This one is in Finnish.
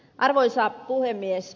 arvoisa puhemies